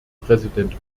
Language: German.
präsident